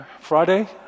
Friday